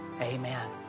Amen